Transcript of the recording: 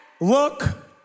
look